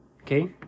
Okay